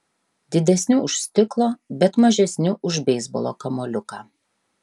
didesni už stiklo bet mažesni už beisbolo kamuoliuką